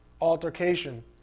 altercation